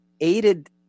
aided